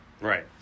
Right